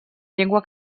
llengua